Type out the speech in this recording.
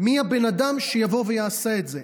מי הבן אדם שיבוא ויעשה את זה?